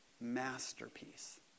masterpiece